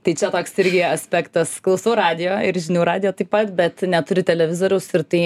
tai čia toks irgi aspektas klausau radijo ir žinių radijo taip pat bet neturiu televizoriaus ir tai